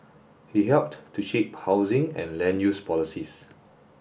he helped to shape housing and land use policies